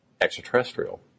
extraterrestrial